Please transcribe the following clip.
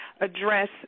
address